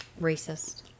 Racist